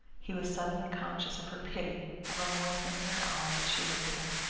he was suddenly conscious of her pity, of a moistness in her eyes as she looked at him.